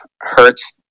hurts